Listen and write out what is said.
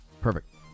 perfect